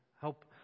help